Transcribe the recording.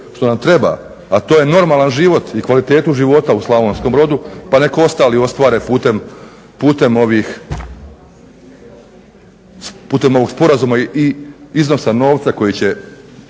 što nam treba, a to je normalan život i kvalitetu života u Slavonskom Brodu pa nek ostali ostvare putem ovog sporazuma i iznosa novca koji će